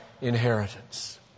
inheritance